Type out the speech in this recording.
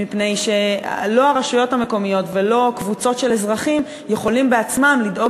מפני שלא הרשויות המקומיות ולא קבוצות של אזרחים יכולים בעצמם לדאוג